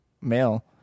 male